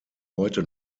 heute